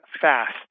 FAST